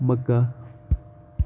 Makkah